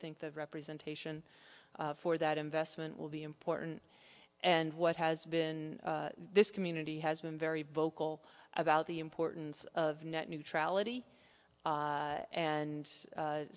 think the representation for that investment will be important and what has been this community has been very vocal about the importance of net neutrality and